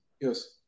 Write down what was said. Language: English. yes